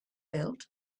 built